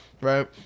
Right